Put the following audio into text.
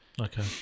okay